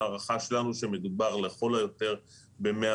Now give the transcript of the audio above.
ההערכה שלנו היא שמדובר לכל היותר ב-100,